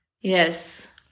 yes